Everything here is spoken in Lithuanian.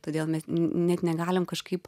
todėl mes net negalim kažkaip